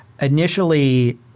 initially